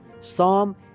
Psalm